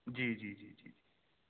جی جی جی جی